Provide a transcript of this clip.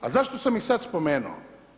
A zašto sam ih sada spomenuo?